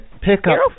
pickup